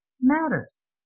matters